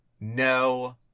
no